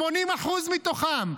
80% מתוכם,